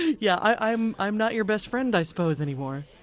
yeah, i'm i'm not your best friend, i suppose, any more?